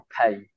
pay